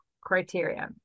criteria